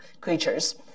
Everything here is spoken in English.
creatures